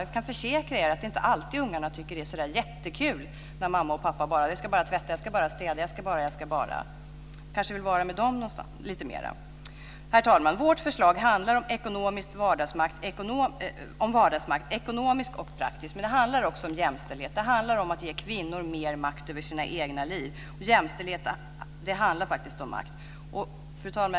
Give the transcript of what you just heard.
Jag kan försäkra er att det inte är alltid ungarna tycker att det är så jättekul när mamma och pappa säger: "Jag ska bara tvätta, jag ska bara städa, jag ska bara ... jag ska bara ..." De kanske vill vara lite mer med föräldrarna. Herr talman! Vårt förslag handlar om vardagsmakt, ekonomiskt och praktiskt. Det handlar också om jämställdhet. Det handlar om att ge kvinnor mer makt över sina egna liv. Jämställdhet handlar om makt. Herr talman!